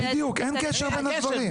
בדיוק, אין קשר בין הדברים.